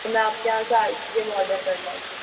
हमें आपके यहाँ से आइसक्रीम ऑर्डर करना था